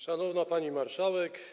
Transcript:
Szanowna Pani Marszałek!